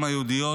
אותי.